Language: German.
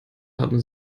haben